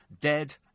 Dead